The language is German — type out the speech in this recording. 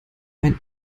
ein